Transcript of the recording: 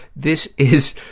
this is,